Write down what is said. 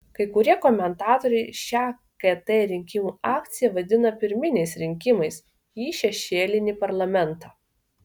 kai kurie komentatoriai šią kt rinkimų akciją vadina pirminiais rinkimais į šešėlinį parlamentą